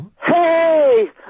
Hey